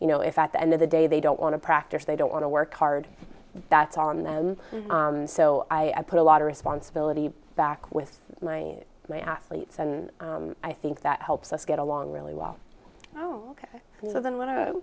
you know if at the end of the day they don't want to practice they don't want to work hard that's on them so i put a lot of responsibility back with my my athletes and i think that helps us get along really well oh ok so then when